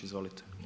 Izvolite.